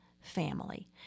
family